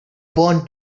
want